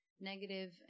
negative